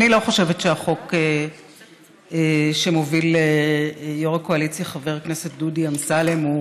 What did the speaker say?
אני לא חושבת שהחוק שמוביל יו"ר הקואליציה חבר הכנסת דודי אמסלם הוא